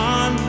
on